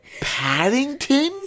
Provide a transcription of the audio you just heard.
Paddington